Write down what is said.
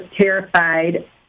terrified